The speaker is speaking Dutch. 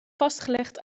vastgelegd